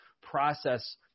process